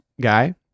guy